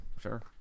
Sure